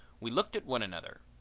we looked at one another.